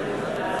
הצעת חוק-יסוד: